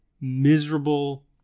miserable